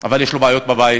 אבל יש לו בעיות בבית.